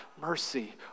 mercy